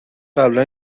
قبلا